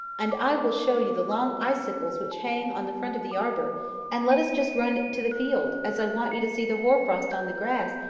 and i will show you the long icicles which hang on the front of the arbor and let us just run to the field, as i want you to see the hoar frost on the grass,